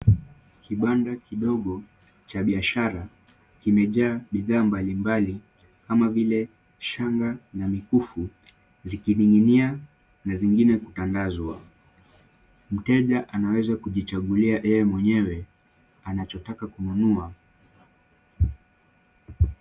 Kibanda kidogo cha biashara kimejaa bidhaa mbalimbali kama vile shanga na mikufu zikininginia na zingine kutangaswa mteja anaweza kujijakulia yeye mwenyewe anachotaka kununua.